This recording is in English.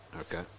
Okay